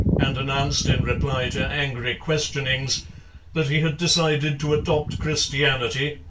and announced in reply to angry questionings that he had decided to adopt christianity,